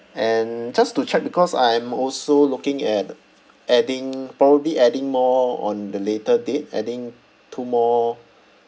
and just to check because I am also looking at adding probably adding more on the later date adding two more